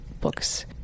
books